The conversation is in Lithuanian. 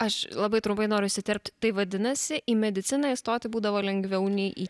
aš labai trumpai noriu įsiterpti tai vadinasi į mediciną įstoti būdavo lengviau nei į